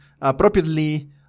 appropriately